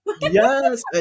Yes